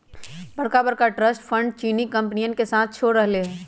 बड़का बड़का trust funds चीनी कंपनियन के साथ छोड़ रहले है